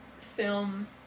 film